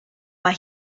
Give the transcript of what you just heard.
mae